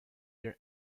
their